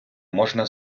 можна